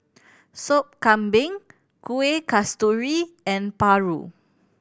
Sop Kambing Kueh Kasturi and paru